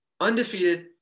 undefeated